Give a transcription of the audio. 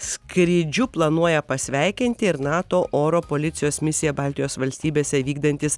skrydžiu planuoja pasveikinti ir nato oro policijos misiją baltijos valstybėse vykdantys